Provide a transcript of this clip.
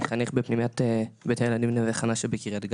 חניך בפנימיית בית הילדים נווה חנה שבקריית גת.